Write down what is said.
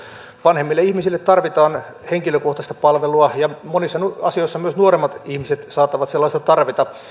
vanhemmille ihmisille tarvitaan henkilökohtaista palvelua ja monissa asioissa myös nuoremmat ihmiset saattavat sellaista tarvita